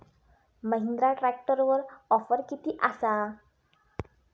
महिंद्रा ट्रॅकटरवर ऑफर किती आसा?